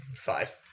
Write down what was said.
Five